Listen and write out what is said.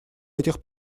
этих